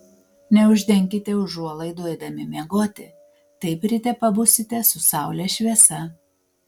neuždenkite užuolaidų eidami miegoti taip ryte pabusite su saulės šviesa